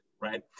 right